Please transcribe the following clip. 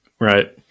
Right